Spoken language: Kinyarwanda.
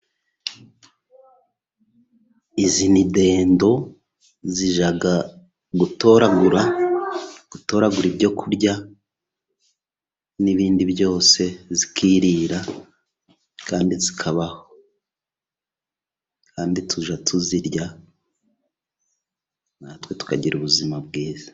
Izi ni dendo zijya gutoragura, gutoragura ibyo kurya n'ibindi byose zikirira, kandi zikabaho, kandi tujya tuzirya, natwe tukagira ubuzima bwiza.